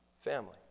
family